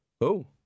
Oh